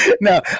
No